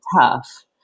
tough